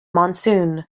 monsoon